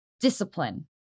discipline